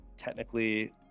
technically